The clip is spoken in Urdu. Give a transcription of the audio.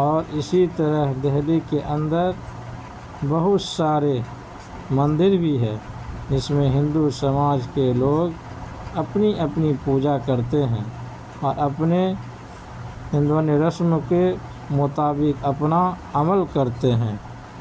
اور اِسی طرح دہلی کے اندر بہت سارے مندر بھی ہے جس میں ہندو سماج کے لوگ اپنی اپنی پوجا کرتے ہیں اور اپنے ہندوانی رسم کے مطابق اپنا عمل کرتے ہیں